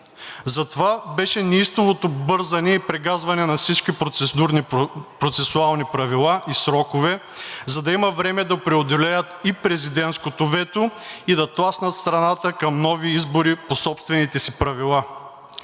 Затова беше неистовото бързане и прегазване на всички процесуални правила и срокове, за да има време да преодолеят и президентското вето, и да тласнат страната към нови избори по собствените си правила.